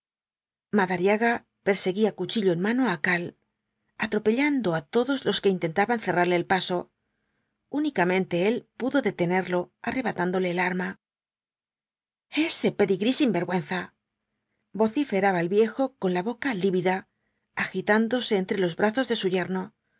madariaga perseguía cuchillo en mano á karl atrepellando á todos los que intentaban cerrarle el paso únicamente él pudo detenerlo arrebatándole el arma ese pedigrée sinvergüenza vociferaba el viejo con la boca lívida agitándose entre los brazos de su yerno